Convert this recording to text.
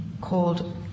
called